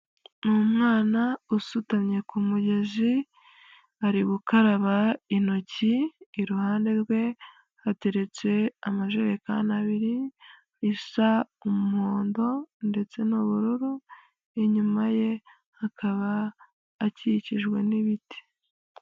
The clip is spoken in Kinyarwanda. Ni umwana usutamye ku mugezi, ari gukaraba intoki, iruhande rwe hateretse amajerekani abiri, isa umuhondo ndetse n'ubururu, inyuma ye hakaba hakikijwe n'ibiti.